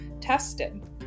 tested